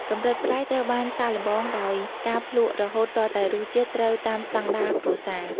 កម្រិតប្រៃ ត្រូវបានសាកល្បងដោយការភ្លក់រហូតទាល់តែរសជាតិត្រូវតាមស្តង់ដារគ្រួសារ។